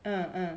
uh uh